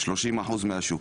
30% מהשוק.